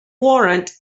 warrant